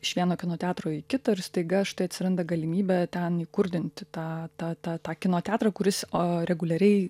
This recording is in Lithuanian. iš vieno kino teatro į kitą ir staiga štai atsiranda galimybė ten įkurdinti tą tą tą tą kino teatrą kuris o reguliariai